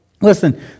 Listen